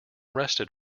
rested